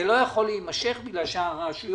זה לא יכול להימשך בגלל שהרשויות